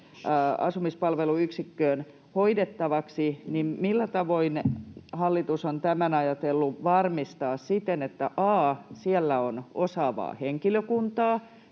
asumispalveluyksikköön hoidettavaksi, niin millä tavoin hallitus on tämän ajatellut varmistaa siten, että a) siellä on osaavaa henkilökuntaa